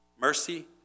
mercy